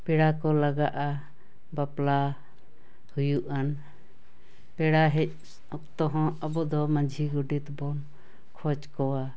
ᱯᱮᱲᱟ ᱠᱚ ᱞᱟᱜᱟᱜᱼᱟ ᱵᱟᱯᱞᱟ ᱦᱩᱭᱩᱜᱼᱟᱱ ᱯᱮᱲᱟ ᱦᱮᱡ ᱚᱠᱛᱚ ᱦᱚᱸ ᱟᱵᱚᱫᱚ ᱢᱟᱺᱡᱷᱤ ᱜᱚᱰᱮᱛ ᱵᱚᱱ ᱠᱷᱚᱡ ᱠᱚᱣᱟ